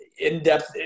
in-depth